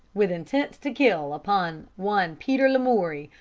with intent to kill, upon one peter lamoury,